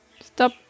Stop